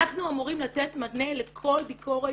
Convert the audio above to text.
אנחנו אמורים לתת מענה לכל ביקורת